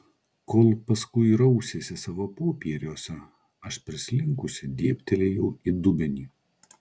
kol paskui rausėsi savo popieriuose aš prislinkusi dėbtelėjau į dubenį